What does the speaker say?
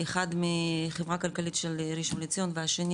אחד מהחברה הכלכלית של ראשון לציון והשני